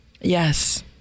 yes